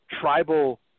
tribal